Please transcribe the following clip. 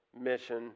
mission